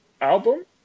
album